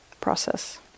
process